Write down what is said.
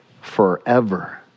forever